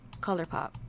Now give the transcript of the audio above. ColourPop